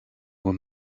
were